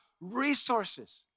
resources